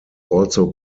also